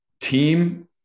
team